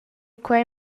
quei